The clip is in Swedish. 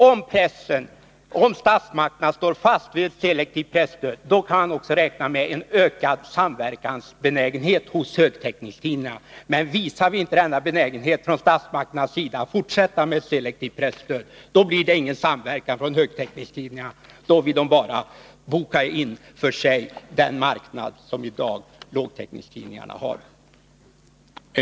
Om statsmakterna står fast vid ett selektivt presstöd, kan vi också räkna med en ökad samverkansbenägenhet hos högtäckningstidningarna, men visar inte statsmakterna vilja att fortsätta med ett selektivt presstöd blir det ingen samverkan från högtäckningstidningarna. Då vill de för sig själva boka in den marknad som lågtäckningstidningarna har i dag.